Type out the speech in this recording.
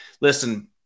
listen